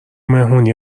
مهمونی